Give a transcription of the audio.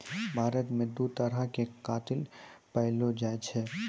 भारत मे दु तरहो के कातिल पैएलो जाय छै